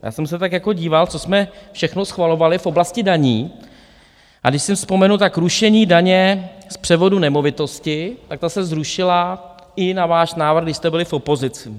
Já jsem se tak jako díval, co jsme všechno schvalovali v oblasti daní, a když si vzpomenu, tak rušení daně z převodu nemovitosti, tak ta se zrušila i na váš návrh, když jste byli v opozici.